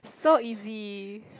so easy